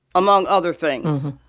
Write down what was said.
among other things,